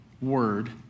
word